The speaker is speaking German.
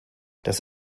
das